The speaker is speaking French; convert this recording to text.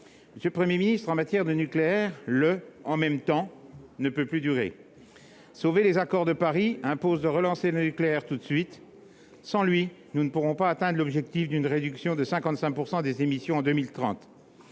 Monsieur le Premier ministre, en matière de nucléaire, le « en même temps » ne peut plus durer. Très bien ! Sauver les accords de Paris impose de relancer le nucléaire tout de suite, car, sans lui, nous ne pourrons pas atteindre l'objectif d'une réduction de 55 % des émissions en 2030.